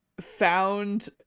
found